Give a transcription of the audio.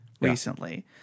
recently